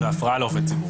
הפרעה לעובד ציבור.